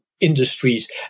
industries